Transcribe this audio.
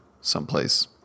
someplace